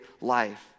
life